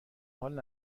حال